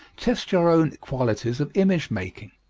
test your own qualities of image-making.